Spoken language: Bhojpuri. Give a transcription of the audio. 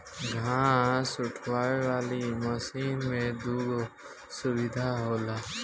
घास उठावे वाली मशीन में दूगो सुविधा होला